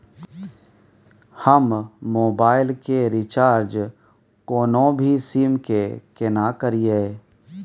हम मोबाइल के रिचार्ज कोनो भी सीम के केना करिए?